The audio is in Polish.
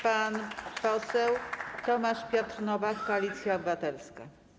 Pan poseł Tomasz Piotr Nowak, Koalicja Obywatelska.